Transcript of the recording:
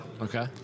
Okay